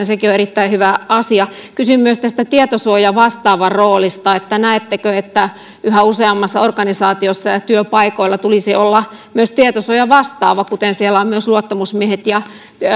sekin on erittäin hyvä asia kysyn myös tietosuojavastaavan roolista näettekö että yhä useammassa organisaatiossa ja työpaikoilla tulisi olla myös tietosuojavastaava kuten siellä on myös luottamusmiehet ja